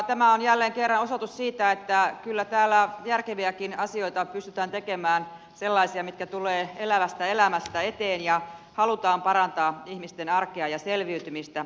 tämä on jälleen kerran osoitus siitä että kyllä täällä järkeviäkin asioita pystytään tekemään sellaisia mitkä tulevat elävästä elämästä eteen ja millä halutaan parantaa ihmisten arkea ja selviytymistä